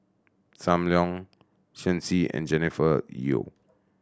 Sam Leong Shen Xi and Jennifer Yeo